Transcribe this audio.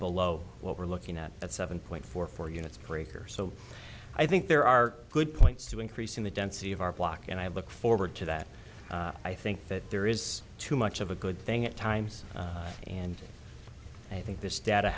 below what we're looking at at seven point four four units breakers so i think there are good points to increasing the density of our block and i look forward to that i think that there is too much of a good thing at times and i think this data